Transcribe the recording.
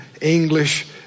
English